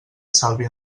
sàlvia